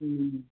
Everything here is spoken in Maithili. हुँ